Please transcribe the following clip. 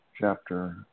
chapter